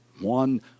one